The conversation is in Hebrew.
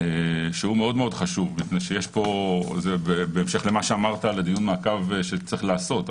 שהוא מאוד-מאוד חשוב כי בהמשך למה שאמרת לגבי דיון מעקב שצריך לעשות,